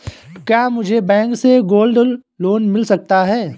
क्या मुझे बैंक से गोल्ड लोंन मिल सकता है?